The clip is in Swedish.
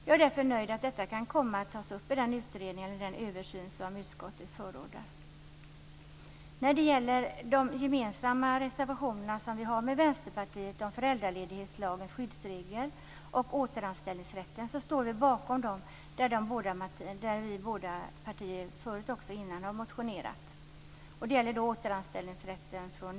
Jag är därför nöjd att detta kan komma att tas upp i den utredning eller den översyn som utskottet förordar. När det gäller de gemensamma reservationerna som vi har med Vänsterpartiet om föräldraledighetslagens skyddsregler och återanställningsrätten från nio till tolv månader så står vi bakom dem, där båda partierna har motionerat. Fru talman!